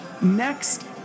Next